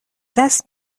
دست